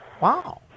Wow